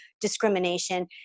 discrimination